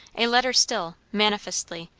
a letter still, manifestly,